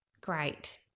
Great